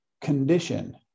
condition